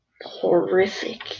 horrific